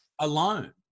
alone